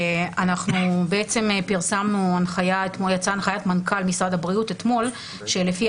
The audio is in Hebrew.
אתמול יצאה הנחיה של מנכ"ל משרד הבריאות שלפיה